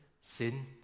sin